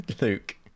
Luke